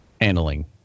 handling